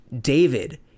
David